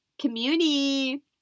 Community